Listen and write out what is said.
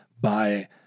by-